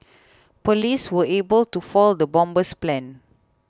police were able to foil the bomber's plans